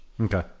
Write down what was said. okay